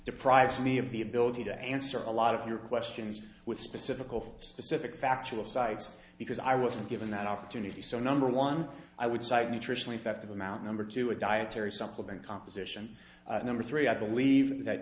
deprives me of the ability to answer a lot of your questions with specifical specific factual cites because i wasn't given that opportunity so number one i would cite nutritionally effective amount number to a dietary supplement composition number three i believe that